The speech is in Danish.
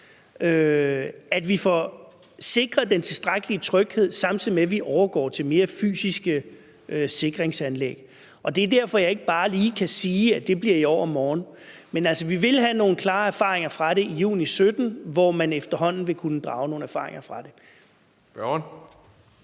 så vi får sikret en tilstrækkelig tryghed, samtidig med at vi overgår til mere fysiske sikringsanlæg. Det er derfor, at jeg ikke bare lige kan sige, at det bliver i overmorgen. Men, altså, vi vil have nogle klare erfaringer fra det i juni 2017, hvor man efterhånden vil kunne drage nogle konklusioner af det.